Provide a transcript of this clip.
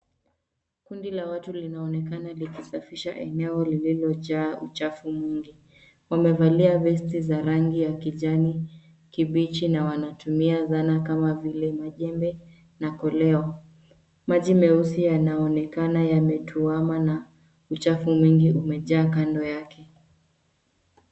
Kundi la watu linaonekana likisafisha eneo lililojaa uchafu mwingi. Wamevalia vesti za rangi ya kijanikibichi, na wanatumia zana kama vile majembe na koleo. Maji meusi yanaonekana yametuama na uchafu mwingi umejaa kando yake.